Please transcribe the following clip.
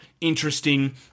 interesting